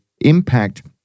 impact